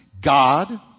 God